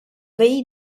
vell